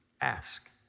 ask